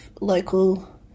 local